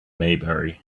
maybury